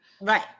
Right